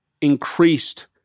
increased